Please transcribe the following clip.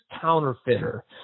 counterfeiter